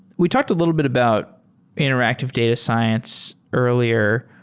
we talked a little bit about interactive data science earlier.